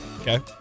Okay